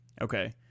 okay